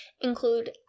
include